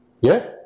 Yes